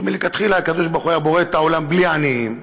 שמלכתחילה הקדוש-ברוך-הוא היה בורא את העולם בלי עניים,